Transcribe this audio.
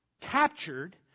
captured